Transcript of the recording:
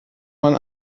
man